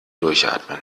durchatmen